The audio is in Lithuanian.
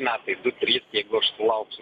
metai du trys jeigu aš sulauksiu